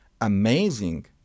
amazing